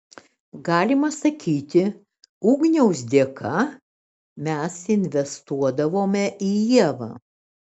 galima sakyti ugniaus dėka mes investuodavome į ievą